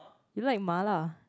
you like mala